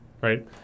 Right